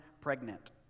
pregnant